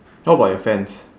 how about your fence